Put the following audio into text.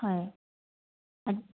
হয়